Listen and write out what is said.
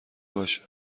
باشه